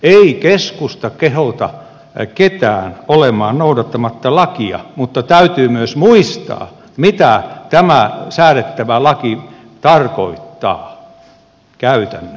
ei keskusta kehota ketään olemaan noudattamatta lakia mutta täytyy myös muistaa mitä tämä säädettävä laki tarkoittaa käytännössä